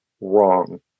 wrong